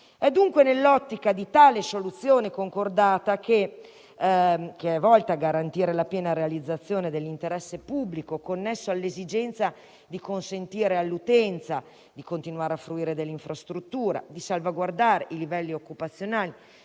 È dunque nell'ottica di tale soluzione concordata, volta a garantire la piena realizzazione dell'interesse pubblico connesso all'esigenza di consentire all'utenza di continuare a fruire dell'infrastruttura, di salvaguardare i livelli occupazionali,